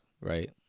right